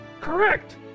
Correct